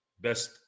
Best